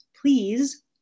Please